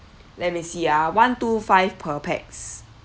let me see ah one two five per pax